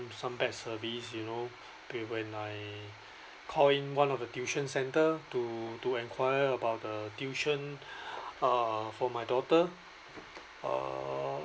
some bad service you know when I call in one of the tuition centre to to enquire about the tuition uh for my daughter uh